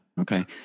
Okay